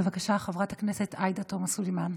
בבקשה, חברת הכנסת עאידה תומא סלימאן.